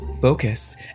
focus